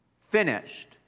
finished